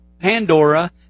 Pandora